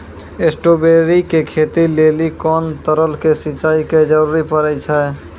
Strawberry के खेती लेली कोंन तरह के सिंचाई के जरूरी पड़े छै?